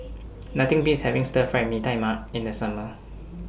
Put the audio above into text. Nothing Beats having Stir Fried Mee Tai Mak in The Summer